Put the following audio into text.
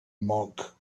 monk